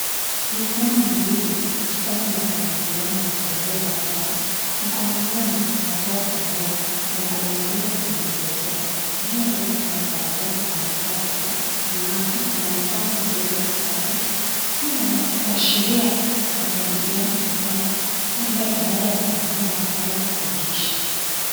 Mikono miwili ikifanya makabidhiano ya funguo za gari. Mkono mmoja unatoa funguo na mkono mwingine unazipokea. Juu ya meza kuna karatsi za mkataba, kalamu na mfano mdogo wa gari. Hii inaweza kuashiria makabidhiano ya gari labda baada ya kununua ama kukodisha.